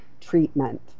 treatment